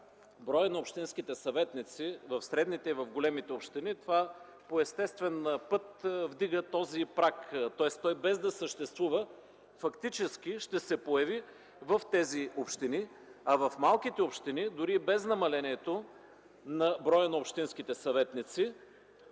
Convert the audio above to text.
броя на общинските съветници в средните и големите общини това по естествен път вдига този праг. Тоест той без да съществува, фактически ще се появи в тези общини, а в малките общини, дори и без намалението на броя на общинските съветници,